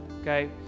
okay